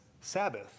Sabbath